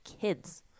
kids